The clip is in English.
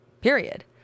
Period